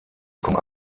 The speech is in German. kommen